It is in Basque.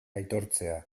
aitortzea